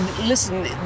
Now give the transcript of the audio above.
Listen